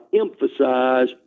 Emphasize